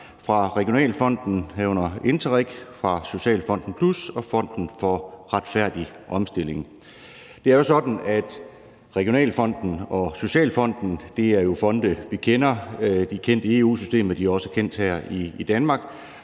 fra Regionalfonden, herunder Interreg, og fra Socialfonden Plus og Fonden for Retfærdig Omstilling. Det er jo sådan, at Regionalfonden og Socialfonden er fonde, vi kender. De er kendt i EU-systemet, de er også kendt her i Danmark.